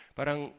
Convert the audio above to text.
Parang